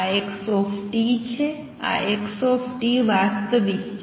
આ x વાસ્તવિક છે